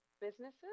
businesses